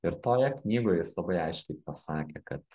ir toje knygoje jis labai aiškiai pasakė kad